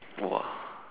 !wah!